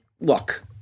look